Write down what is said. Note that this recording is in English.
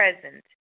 present